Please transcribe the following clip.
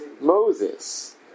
Moses